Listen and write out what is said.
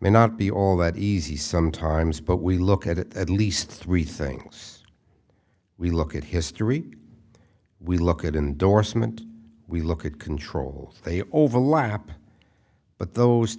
may not be all that easy sometimes but we look at it at least three things we look at history we look at indorsement we look at control they overlap but those to